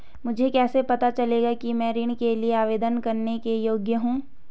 मुझे कैसे पता चलेगा कि मैं ऋण के लिए आवेदन करने के योग्य हूँ?